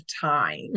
time